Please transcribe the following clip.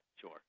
Sure